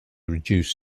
reduce